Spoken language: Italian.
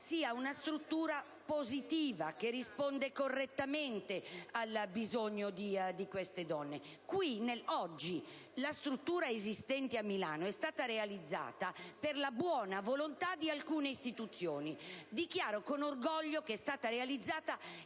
Milano sia positiva e risponda correttamente al bisogno di queste donne. La struttura oggi esistente a Milano è stata realizzata per la buona volontà di alcune istituzioni. Dichiaro con orgoglio che tale struttura